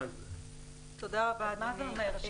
מה זה אומר?